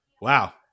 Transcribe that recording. Wow